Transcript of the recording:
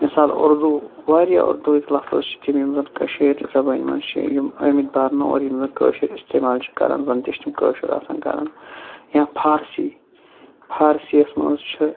مِثال اردوٗ واریاہ اردُوٕک لَفٕظ چھِ تِم یِم زَن کٔشیٖرِ زَبٲنۍ مَنٛز چھِ یِم ٲمٕتۍ بَرنہٕ اور یِم زَن کٲشِر اِستعمال چھِ کَران زَن تہِ چھِ تِم کٲشُر آسان کَران یا فارسی فارسِیَس مَنٛز چھُ